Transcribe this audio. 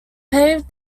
paved